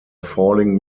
falling